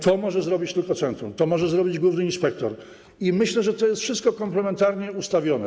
To może zrobić tylko centrum, może to zrobić główny inspektor i myślę, że to wszystko jest komplementarnie ustawione.